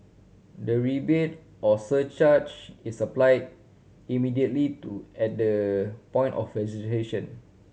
the rebate or surcharge is applied immediately to at the point of registration